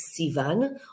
Sivan